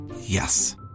Yes